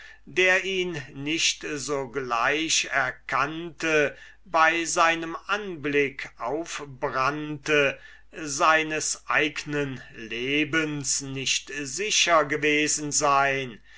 der ihn nicht sogleich erkannte bei seinem anblick aufbrannte seines eignen lebens nicht sicher gewesen sein